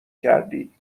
کردی